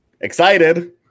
excited